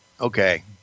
okay